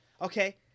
Okay